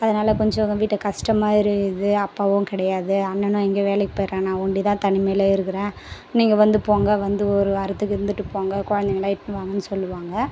அதனால் கொஞ்சம் வீட்டை இந்த கஸ்டமாக இருக்குது அப்பாவும் கிடையாது அண்ணனும் எங்கையோ வேலைக்கு போயிட்றான் நான் ஒண்டி தான் தனிமையில் இருக்கிறேன் நீங்கள் வந்து போங்க வந்து ஒரு வாரத்துக்கு இருந்துவிட்டு போங்க குழந்தைங்கலாம் இட்டுனு வாங்கன்னு சொல்லுவாங்க